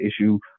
issue